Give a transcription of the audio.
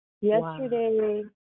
Yesterday